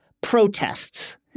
protests